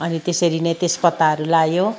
अनि त्यसरी नै तेजपत्ताहरू लायो